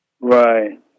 Right